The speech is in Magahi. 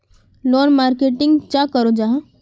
लोग मार्केटिंग चाँ करो जाहा?